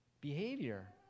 Behavior